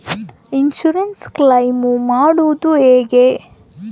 Insurance claim ಮಾಡೋದು ಹೆಂಗ?